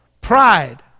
pride